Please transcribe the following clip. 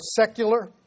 secular